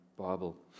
Bible